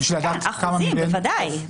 אחוזים, בוודאי.